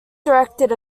directed